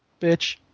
bitch